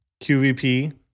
QVP